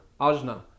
Ajna